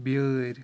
بیٛٲرۍ